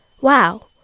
Wow